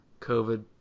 covid